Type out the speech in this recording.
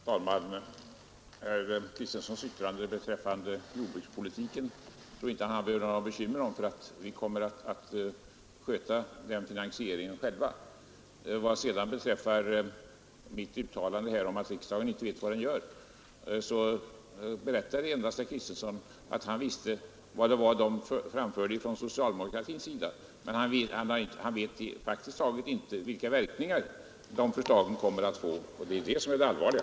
Herr talman! Jag vill bemöta herr Kristensons yttrande beträffande jordbrukspolitiken. Den tror jag inte han behöver ha några bekymmer för, utan vi kommer att sköta den finansieringen själva. Vad sedan beträffar mitt uttalande här, att riksdagen nu tydligen inte vet vad den gör, berättade herr Kristenson endast att han vet vad socialdemokraterna framförde, men han vet praktiskt taget ingenting om de verkningar förslaget kommer att få. Det är just det som är det allvarliga.